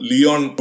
Leon